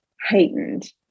heightened